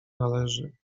należy